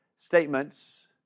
statements